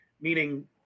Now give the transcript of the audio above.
meaning